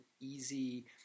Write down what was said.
easy